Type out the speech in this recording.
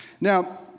Now